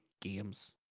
games